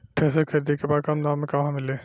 Thresher खरीदे के बा कम दाम में कहवा मिली?